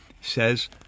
says